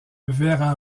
vera